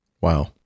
Wow